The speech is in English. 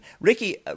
Ricky